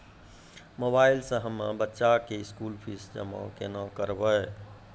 Mobile से हम्मय बच्चा के स्कूल फीस जमा केना करबै?